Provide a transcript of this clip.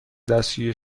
دستشویی